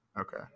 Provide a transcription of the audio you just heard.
okay